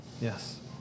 Yes